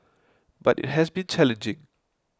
but it has been challenging